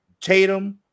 Tatum